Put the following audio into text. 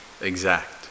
exact